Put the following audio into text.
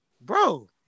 bro